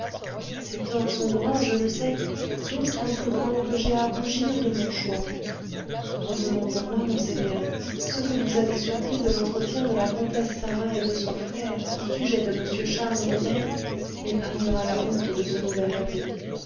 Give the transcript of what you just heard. ces torts sont grands je le sais d'autant plus grands que j'ai à rougir de mon choix heureusement pour moi monseigneur ce que vous avez surpris de l'entretien de la comtesse sarah et de son frère au sujet de m charles robert m'épargnera la honte de ce nouvel aveu